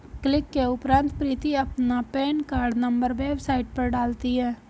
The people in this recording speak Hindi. क्लिक के उपरांत प्रीति अपना पेन कार्ड नंबर वेबसाइट पर डालती है